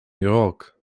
york